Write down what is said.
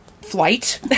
flight